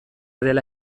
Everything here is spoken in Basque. dela